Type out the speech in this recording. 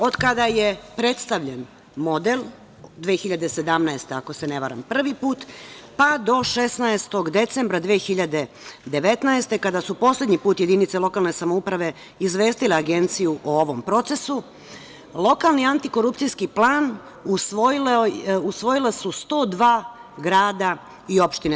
Od kada je predstavljen model 2017. godine, ako se ne varam, prvi put, pa do 16. decembra 2019. godine, kada su poslednji put jedinice lokalne samouprave izvestile agencije o ovom procesu, lokalni antikorupcijski plan usvojila su 102 grada i opštine.